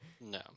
No